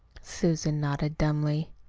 susan nodded dumbly.